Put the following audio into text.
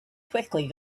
quickly